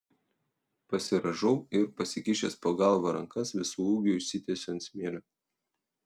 pasirąžau ir pasikišęs po galva rankas visu ūgiu išsitiesiu ant smėlio